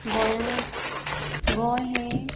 गोयांक गोंय हे